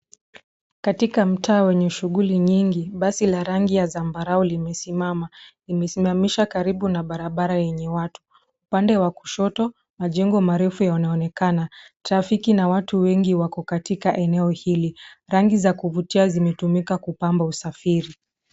Katika mtaa wenye shughuli nyingi. Basi la rangi ya zambarau limesimama. Imesimamishwa karibu na barabara yenye watu. Upande wa kushoto majengo marefu yanaonekana. Trafiki na watu wengi wako katika eneo hili. Rangi za kuvutia zimetumika kupamba usafiri.